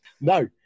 No